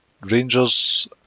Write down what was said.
Rangers